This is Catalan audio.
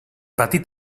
patir